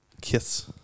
Kiss